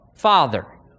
father